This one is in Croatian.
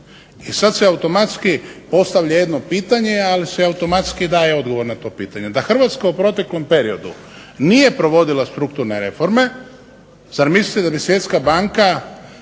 I sad se automatski postavlja jedno pitanje, ali se i automatski daje odgovor na to pitanje. Da Hrvatska u proteklom periodu nije provodila strukturne reforme zar mislite da bi Svjetska banka